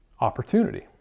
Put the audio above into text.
opportunity